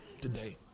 today